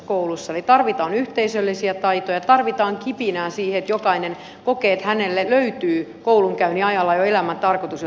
eli tarvitaan yhteisöllisiä taitoja tarvitaan kipinää siihen että jokainen kokee että hänelle löytyy koulunkäynnin ajalla jo elämän tarkoitus jota hän sitten toteuttaa